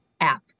app